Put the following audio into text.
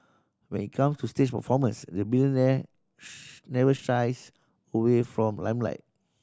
when it comes to stage performance the billionaire never shies away from limelight